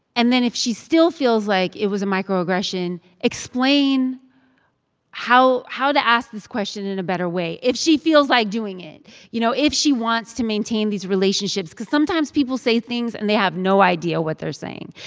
and then if she still feels like it was a microaggression, explain how how to ask this question in a better way if she feels like doing it you know, if she wants to maintain these relationships because sometimes people say things, and they have no idea what they're saying.